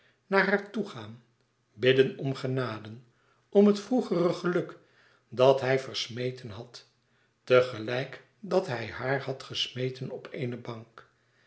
naar haar toe gaan bidden om genade om het vroegere geluk dat hij versmeten had te gelijk dat hij haar had gesmeten op eene bank